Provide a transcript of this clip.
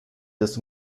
des